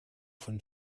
von